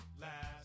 Last